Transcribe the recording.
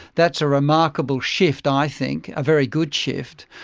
that's a remarkable shift i think, a very good shift.